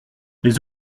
les